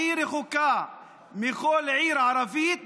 הכי רחוקה מכל עיר ערבית,